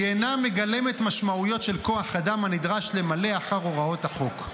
היא אינה מגלמת משמעויות של כוח האדם הנדרש למלא אחר הוראות החוק.